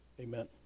Amen